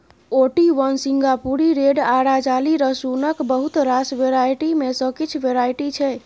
Ooty one, Singapuri red आ राजाली रसुनक बहुत रास वेराइटी मे सँ किछ वेराइटी छै